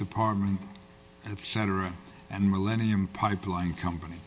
department and cetera and millennium pipeline company